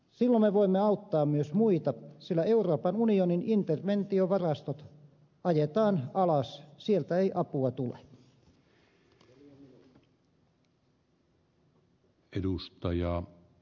silloin me voimme auttaa myös muita sillä euroopan unionin interventiovarastot ajetaan alas sieltä ei apua tule